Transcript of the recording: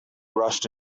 rushed